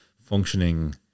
functioning